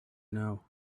know